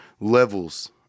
levels